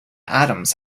atoms